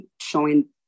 showing